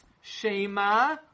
Shema